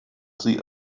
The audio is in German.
sie